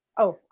oh,